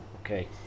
okay